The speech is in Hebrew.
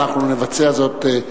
אנחנו נבצע זאת,